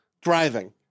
Driving